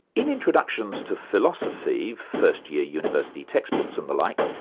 in introductions to philosophy, first year university text books and the like,